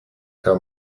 how